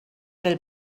del